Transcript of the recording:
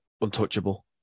untouchable